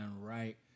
right